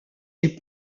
est